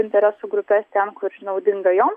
interesų grupes ten kur naudinga jom